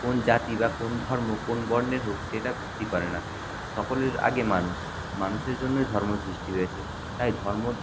কোন জাতি বা কোন ধর্ম কোন বর্ণের হোক সেটা ভিত্তি করে না সকলের আগে মানুষ মানুষের জন্যই ধর্ম সৃষ্টি হয়েছে তাই ধর্ম